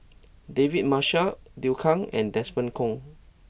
David Marshall Liu Kang and Desmond Kon